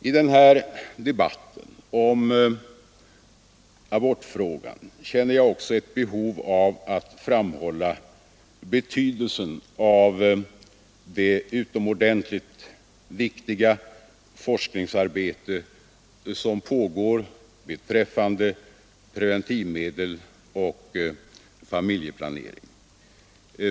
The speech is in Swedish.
I denna debatt om abortfrågan känner jag också ett behov av att framhålla betydelsen av det utomordentligt viktiga forskningsarbete som pågår om preventivmedel och familjeplanering.